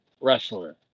wrestler